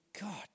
God